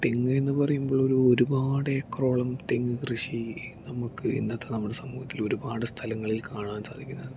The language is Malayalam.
തെങ്ങ് എന്നുപറയുമ്പോൾ ഒരുപാട് ഏക്കറോളം തെങ്ങ് കൃഷി നമുക്കു ഇന്നത്തെ സമൂഹത്തിൽ ഒരുപാട് സ്ഥലങ്ങളിൽ കാണാൻ സാധിക്കുന്നുണ്ട്